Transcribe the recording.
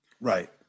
Right